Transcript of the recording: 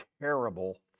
terrible